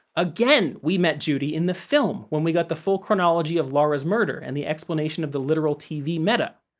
again we met judy in the film when we got the full chronology of laura's murder and the explanation of the literal tv meta.